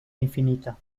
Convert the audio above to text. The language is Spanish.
infinita